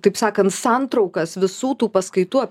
taip sakant santraukas visų tų paskaitų